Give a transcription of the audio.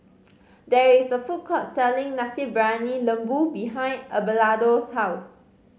there is a food court selling Nasi Briyani Lembu behind Abelardo's house